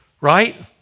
right